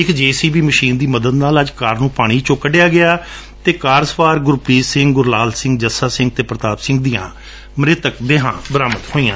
ਇਕ J C B machine ਦੀ ਮਦਦ ਨਾਲ ਅੱਜ ਕਾਰ ਨੰ ਪਾਣੀ ਵਿਚੋਂ ਕਢਿਆ ਗਿਆ ਅਤੇ ਕਾਰ ਸਵਾਰ ਗੁਰਪ੍ਰੀਤ ਸਿੰਘ ਗੁਰਲਾਲ ਸਿੰਘ ਜੱਸਾ ਸਿੰਘ ਅਤੇ ਪ੍ਰਤਾਪ ਸਿੰਘ ਦੀਆਂ ਮ੍ਰਿਤਕ ਦੇਹਾਂ ਮਿਲੀਆਂ